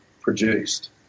produced